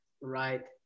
right